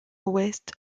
ouest